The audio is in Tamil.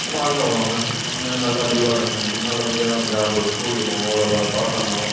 வாழ்க வளமுடன் இந்தமாரி நல்லா தீபாவளி ஆரமிக்கணும் நல்லபடியாக ஜாஃபு ஸ்கூலுக்கு போகணும் இல்லை இப்போ எனக்கு பாஸ் ஆகணும்